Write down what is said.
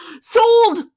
sold